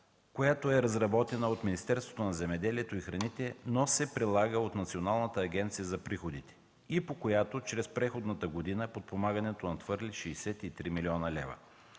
която е разработена от Министерството на земеделието и храните, но се прилага от Националната агенция за приходите и по която през предходната година подпомагането надхвърли 63 млн. лв.